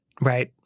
right